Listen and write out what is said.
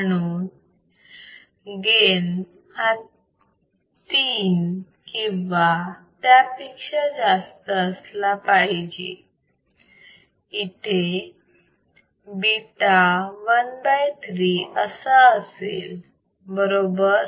म्हणून गेन हा 3 किंवा त्यापेक्षा जास्त असला पाहिजे येथे बीटा ⅓ असा असेल बरोबर